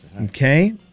Okay